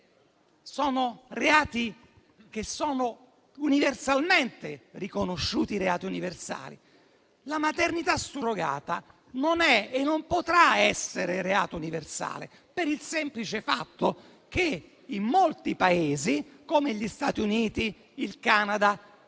Sono reati che sono universalmente riconosciuti come reati universali. La maternità surrogata non è e non potrà essere reato universale, per il semplice fatto che in molti Paesi, come gli Stati Uniti o il Canada,